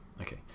Okay